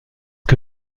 que